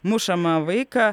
mušamą vaiką